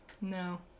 No